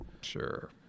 Sure